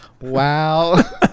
Wow